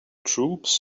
troops